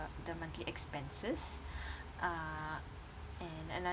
the monthly expenses uh and